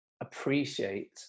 appreciate